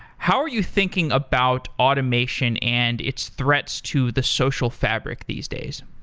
how are you thinking about automation and its threats to the social fabric these days?